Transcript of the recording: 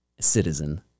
citizen